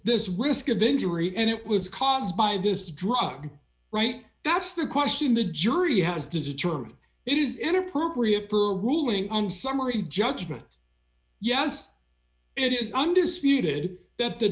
this risk of injury and it was caused by this drug right that's the question the jury has to determine it is inappropriate ruling on summary judgment yes it is undisputed that the